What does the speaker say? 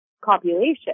copulation